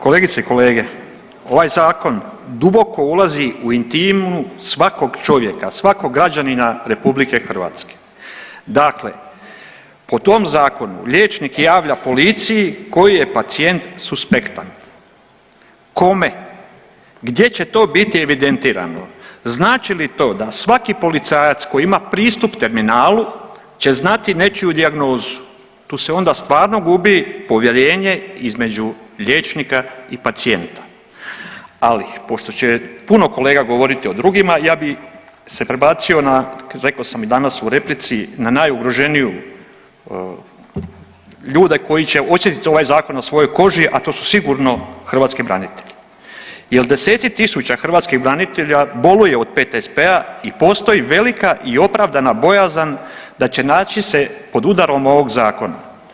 Kolegice i kolege, ovaj zakon duboko ulazi u intimu svakog čovjeka, svakog građanina RH, dakle po tom zakonu liječnik javlja policiji koji je pacijent suspektan, kome, gdje će to biti evidentirano, znači li to da svaki policajac koji ima pristup terminalu će znati nečiju dijagnozu, tu se onda stvarno gubi povjerenje između liječnika i pacijenta, ali pošto će puno kolega govoriti o drugima, ja bi se prebacio na, reko sam i danas u replici, na najugroženiju, ljude koji će osjetit ovaj zakon na svojoj koži, a to su sigurno hrvatski branitelji jel deseci tisuća hrvatskih branitelja boluje od PTSP-a i postoji velika i opravdana bojazan da će naći se pod udarom ovog zakona.